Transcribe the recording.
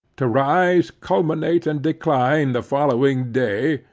to rise, culminate, and decline the following day,